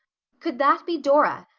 could that be dora.